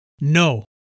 No